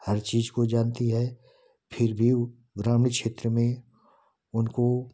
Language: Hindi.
हर चीज को जाती है फिर भी ग्रामीण क्षेत्र में उनको